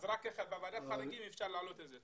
אז רק אם בוועדת חריגים אפשר להעלות את זה.